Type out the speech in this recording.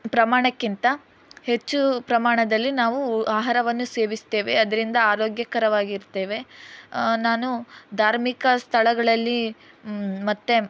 ಪ್ರಮಾಣಕ್ಕಿಂತ ಹೆಚ್ಚು ಪ್ರಮಾಣದಲ್ಲಿ ನಾವು ಆಹಾರವನ್ನು ಸೇವಿಸ್ತೇವೆ ಅದರಿಂದ ಆರೋಗ್ಯಕರವಾಗಿರ್ತೇವೆ ನಾನು ಧಾರ್ಮಿಕ ಸ್ಥಳಗಳಲ್ಲಿ ಮತ್ತು